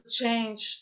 change